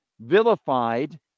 vilified